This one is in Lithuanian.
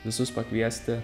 visus pakviesti